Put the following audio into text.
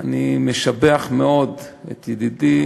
אני משבח מאוד את ידידי